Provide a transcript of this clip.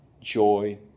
Joy